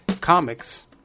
comics